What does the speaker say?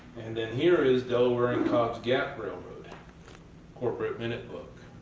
then here is delaware and cobbs gap railroad corporate minute book.